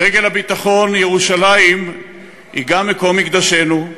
רגל הביטחון: ירושלים היא גם מקום מקדשנו,